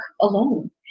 alone